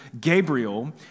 Gabriel